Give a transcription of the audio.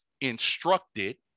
instructed